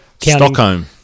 Stockholm